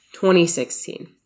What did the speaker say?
2016